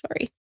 sorry